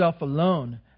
alone